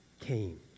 came